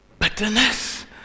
Bitterness